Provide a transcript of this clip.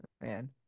man